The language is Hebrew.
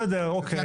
בסדר, אוקיי.